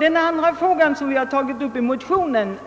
Den andra frågan som vi tagit upp i motionen